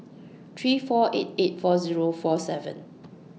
three four eight eight four Zero four seven